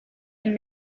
and